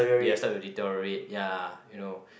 they'll start to deteriorate ya you know